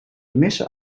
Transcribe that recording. missen